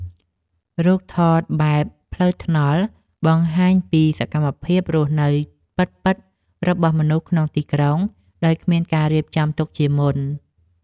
រូបថតបែបផ្លូវថ្នល់ បង្ហាញពីសកម្មភាពរស់នៅពិតៗរបស់មនុស្សក្នុងទីក្រុងដោយគ្មានការរៀបចំទុកជាមុន។